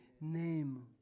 name